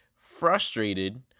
frustrated